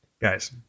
Guys